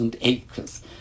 acres